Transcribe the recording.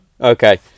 Okay